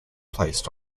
placed